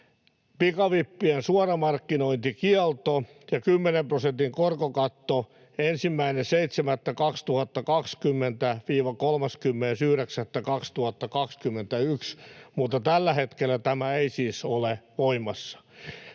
pikavippien suoramarkkinointikielto ja 10 prosentin korkokatto 1.7.2020—30.9.2021, mutta tällä hetkellä nämä eivät siis ole voimassa.